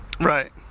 right